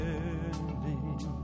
ending